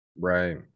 Right